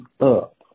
up